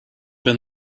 been